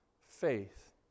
faith